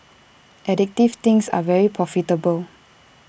addictive things are very profitable